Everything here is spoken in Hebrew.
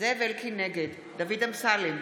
נגד דוד אמסלם,